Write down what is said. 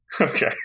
Okay